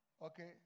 okay